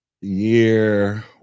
year